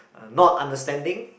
uh not understanding